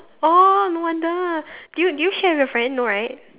oh no wonder did you did you share with your friend no right